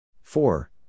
Four